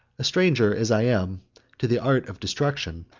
a stranger as i am to the art of destruction,